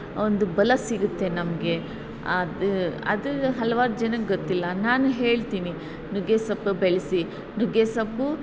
ಒಂದು ಬಲ ಸಿಗುತ್ತೆ ನಮಗೆ ಅದು ಅದು ಹಲವಾರು ಜನಕ್ಕೆ ಗೊತ್ತಿಲ್ಲ ನಾನು ಹೇಳ್ತೀನಿ ನುಗ್ಗೆ ಸೊಪ್ಪು ಬೆಳೆಸಿ ನುಗ್ಗೆ ಸೊಪ್ಪು